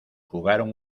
jugaron